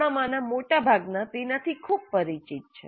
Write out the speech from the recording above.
આપણામાંના મોટા ભાગના તેનાથી ખૂબ પરિચિત છે